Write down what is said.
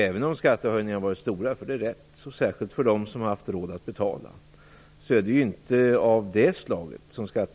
Även om skattehöjningarna har varit stora - och det har de varit, särskilt för dem som har råd att betala - har de inte inverkat